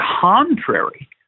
contrary